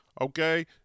Okay